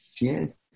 Yes